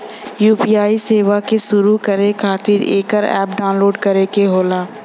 UPI सेवा क शुरू करे खातिर एकर अप्प डाउनलोड करे क होला